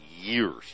years